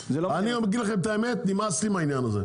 אני אגיד לכם את האמת, נמאס לי מהעניין הזה.